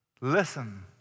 Listen